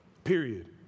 Period